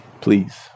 please